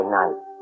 night